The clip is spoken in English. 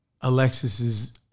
Alexis's